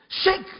Shake